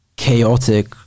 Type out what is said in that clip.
Chaotic